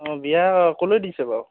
অঁ বিয়া ক'লৈ দিছে বাৰু